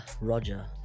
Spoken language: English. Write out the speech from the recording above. Roger